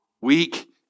Weak